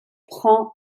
prend